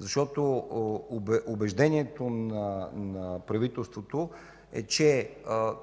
ни. Убеждението на правителството е, че